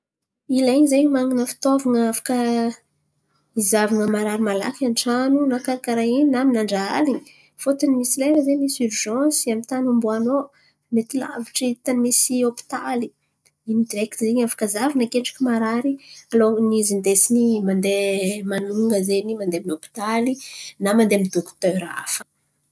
Ilain̈y zen̈y man̈ana fitaovan̈a afaka izahavan̈a marary malaky an-tran̈o na karàkarà in̈y na amy andra alin̈y. Fôtony misy lera zen̈y misy irzansy amy tany omboanao, mety lavitry tany misy hôpitaly. In̈y direkty zen̈y afaka zahavan̈a akendriky marary alohan'izy indesin̈y mandeha manonga zen̈y mandeha amy hôpitaly na mandeha amy dokotera hafa.